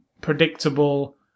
predictable